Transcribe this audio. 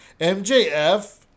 MJF